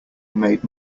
made